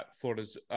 Florida's